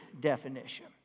definition